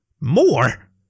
More